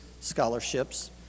Scholarships